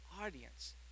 audience